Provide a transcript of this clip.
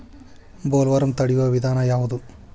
Bollworm ತಡಿಯು ವಿಧಾನ ಯಾವ್ದು?